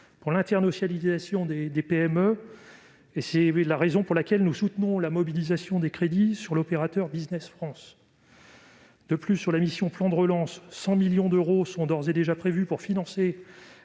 à l'internationalisation des PME. C'est la raison pour laquelle nous soutenons la mobilisation des crédits en faveur de l'opérateur Business France. De plus, au titre de la mission « Plan de relance », 100 millions d'euros sont d'ores et déjà prévus pour financer